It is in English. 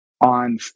On